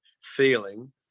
feeling